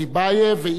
ואם לא יימצא,